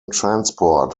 transport